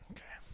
Okay